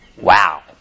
Wow